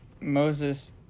Moses